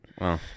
wow